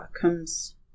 comes